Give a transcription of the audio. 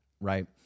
right